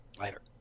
later